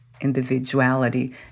individuality